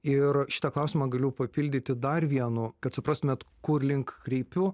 ir šitą klausimą galiu papildyti dar vienu kad suprastumėt kur link kreipiu